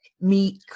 meek